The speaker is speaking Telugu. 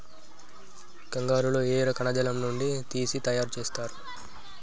కంగారు లో ఏ కణజాలం నుండి తీసి తయారు చేస్తారు?